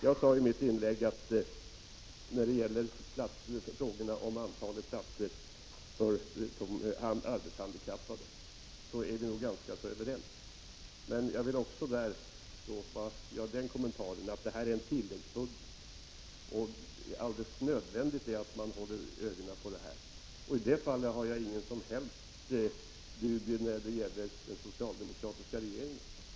Jag sade i mitt inlägg att vi nog är ganska överens när det gäller antalet platser för de arbetshandikappade. Men jag vill också göra den kommentaren att det är fråga om en tilläggsbudget, och det är alldeles nödvändigt att vi håller ögonen på situationen. I det avseendet har jag inga som helst dubier när det gäller den socialdemokratiska regeringen.